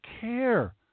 care